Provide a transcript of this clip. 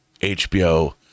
HBO